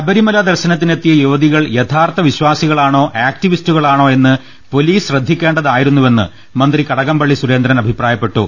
ശബരിമല ദർശനത്തിനെത്തിയ യുവതികൾ യഥാർത്ഥ വിശ്വാസികളാണോ ആക്ടിവിസ്റ്റുകളാണോ എന്ന് പൊലീസ് ശ്രദ്ധിക്കേണ്ടതായിരുന്നുവെന്ന് മന്ത്രി കടകംപള്ളി സുരേന്ദ്രൻ അഭിപ്രായപ്പെട്ടു